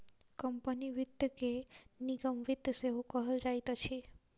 company वित्त के निगम वित्त सेहो कहल जाइत अछि